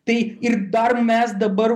tai ir dar mes dabar